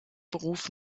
beruf